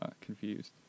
confused